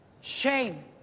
Shame